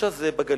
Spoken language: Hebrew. אושא זה בגליל.